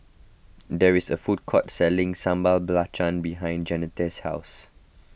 there is a food court selling Sambal Belacan behind Jeanetta's house